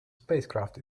spacecraft